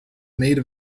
made